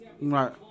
Right